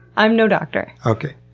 i'm no doctor. okay.